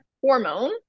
hormone